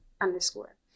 underscore